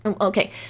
okay